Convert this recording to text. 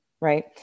right